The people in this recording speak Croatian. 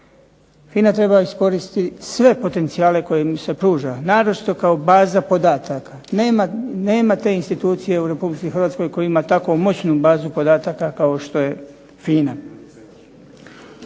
FINA treba iskoristiti sve potencijale koje im se pruža, naročito kao baza podataka. Nema te institucije u RH koja ima tako moćnu bazu podataka kao što je FINA.